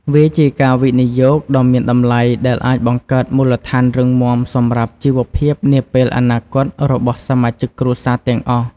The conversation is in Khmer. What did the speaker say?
វាជាការវិនិយោគដ៏មានតម្លៃ ដែលអាចបង្កើតមូលដ្ឋានរឹងមាំសម្រាប់ជីវភាពនាពេលអនាគតរបស់សមាជិកគ្រួសារទាំងអស់។